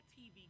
TV